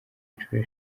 inshuro